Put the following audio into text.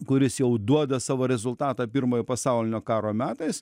kuris jau duoda savo rezultatą pirmojo pasaulinio karo metais